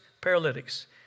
paralytics